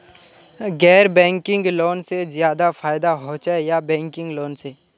गैर banking loan से ज्यादा फायदा होचे या बैंकिंग लोन से?